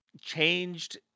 changed